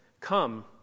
come